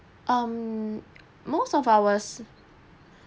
um most of ours